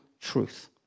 truth